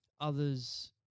others